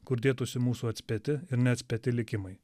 kur dėtųsi mūsų atspėti ir neatspėti likimai